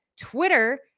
Twitter